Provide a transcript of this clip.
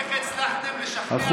איך הצלחתם לשכנע את רע"מ לחזק את צה"ל?